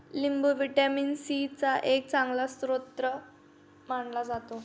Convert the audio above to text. लिंबू vitamin C चा एक चांगला स्रोत मानला जातो